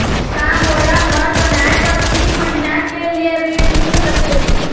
का मोला घर बनाए बर तीन महीना के लिए ऋण मिल सकत हे?